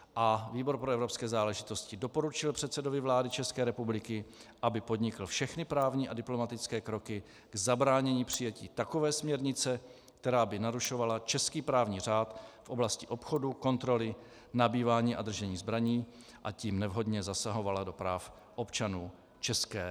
A výbor pro evropské záležitosti doporučil předsedovi vlády ČR, aby podnikl všechny právní a diplomatické kroky k zabránění přijetí takové směrnice, která by narušovala český právní řád v oblasti obchodu, kontroly, nabývání a držení zbraní, a tím nevhodně zasahovala do práv občanů ČR.